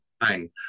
fine